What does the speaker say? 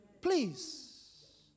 Please